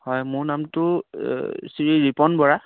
হয় মোৰ নামটো শ্ৰী ৰিপন বৰা